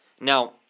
Now